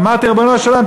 ואמרתי: ריבונו של עולם,